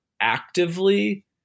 actively